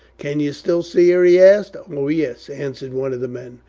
can you still see her? he asked. oh yes, answered one of the men.